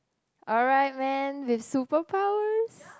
alright man with super powers